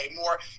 more